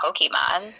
Pokemon